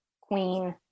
queen